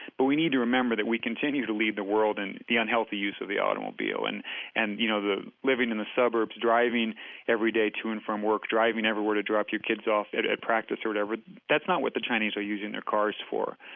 but we need to remember that we continue to lead the world in the unhealthy use of the automobile. and and you know, the living in the suburbs, driving everyday to and from work, driving everywhere to drop your kids at at practice or whatever that's not what the chinese are using their cars for.